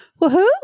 Woohoo